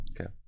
okay